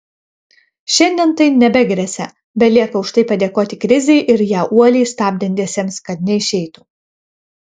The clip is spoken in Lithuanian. šiandien tai nebegresia belieka už tai padėkoti krizei ir ją uoliai stabdantiesiems kad neišeitų